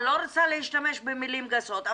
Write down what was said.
אני לא רוצה להשתמש במילים גסות,